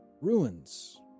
Ruins